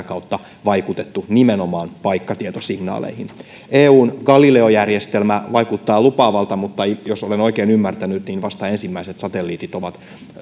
kautta vaikutettu nimenomaan paikkatietosignaaleihin eun galileo järjestelmä vaikuttaa lupaavalta mutta jos olen oikein ymmärtänyt niin ensimmäiset satelliitit